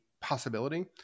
possibility